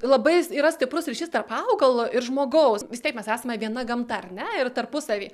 labais yra stiprus ryšys tarp augalo ir žmogaus vis tiek mes esame viena gamta ar ne ir tarpusavy